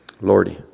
Lordy